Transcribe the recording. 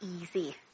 easy